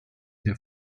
der